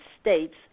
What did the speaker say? States